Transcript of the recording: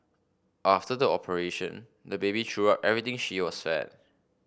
after the operation the baby threw up everything she was fed